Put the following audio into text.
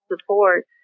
support